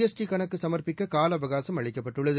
ST கணக்கு சம்ப்பிக்க காலஅவகாசம் அளிக்கப்பட்டுள்ளது